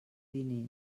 diners